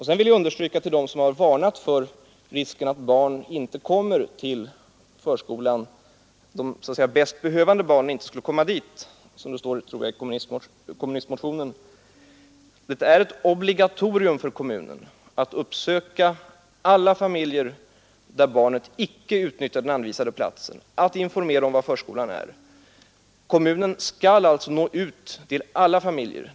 Sedan vill jag säga till dem som har varnat för risken att barn inte kommer till förskolan, alltså att de bäst behövande barnen — som jag tror att det står i kommunistmotionen — inte skulle komma dit, att det är ett obligatorium för kommunen att uppsöka alla familjer där barn icke utnyttjar den anvisade platsen och informera dem om vad förskolan är. Kommunen skall alltså nå ut till alla familjer.